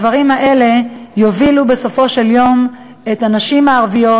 הדברים האלה יובילו בסופו של דבר את הנשים הערביות